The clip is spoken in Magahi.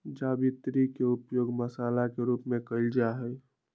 जावित्री के उपयोग मसाला के रूप में कइल जाहई